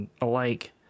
alike